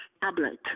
tablet